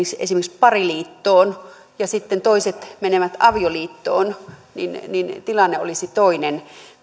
esimerkiksi pariliittoon ja toiset menevät avioliittoon niin niin tilanne olisi toinen